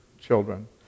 children